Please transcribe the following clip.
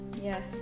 Yes